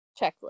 checklist